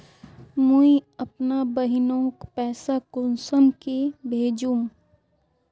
मुई अपना बहिनोक पैसा कुंसम के भेजुम?